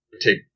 take